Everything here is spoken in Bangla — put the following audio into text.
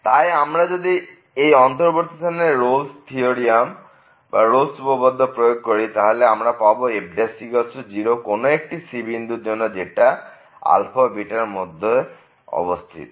তাই আমরা যদি এই অন্তর্বর্তী স্থানে রোলস উপপাদ্য প্রয়োগ করি তাহলে আমরা পাব fc0 কোন একটি c বিন্দুর জন্য যেটা αβএর মধ্যে অবস্থিত